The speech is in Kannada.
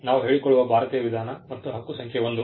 ನಾವು ಹೇಳಿಕೊಳ್ಳುವ ಭಾರತೀಯ ವಿಧಾನ ಮತ್ತು ಹಕ್ಕು ಸಂಖ್ಯೆ 1